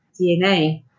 DNA